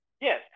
Yes